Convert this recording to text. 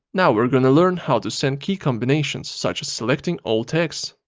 now we're gonna learn how to send key combinations such as selecting all text.